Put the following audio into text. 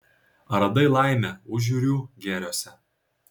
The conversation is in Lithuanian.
ar radai laimę užjūrių gėriuose